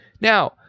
Now